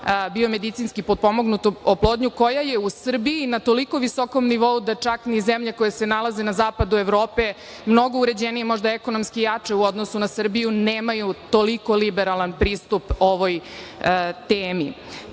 bio medicinski potpomognutu oplodnju koja je u Srbiji na toliko visokom nivou da čak ni zemlje koje se nalaze na zapadu Evrope, mnogo uređenije, možda ekonomski jače u odnosu na Srbiju, nemaju toliko liberalan pristup ovoj